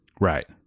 Right